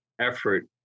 effort